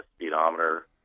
speedometer